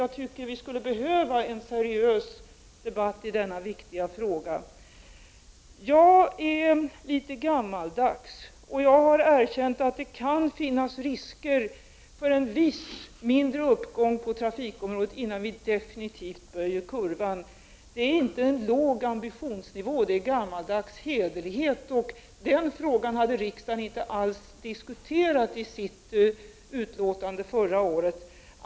Jag tycker att vi skulle behöva en seriös debatt i denna viktiga fråga. Jag är litet gammaldags, och jag har erkänt att det kan finnas risker för en viss mindre uppgång på trafikområdet innan vi definitivt böjer kurvan. Det är inte en låg ambitionsnivå, utan det är gammaldags hederlighet. Den frågan hade riksdagen inte diskuterat i sitt uttalande förra året.